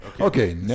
Okay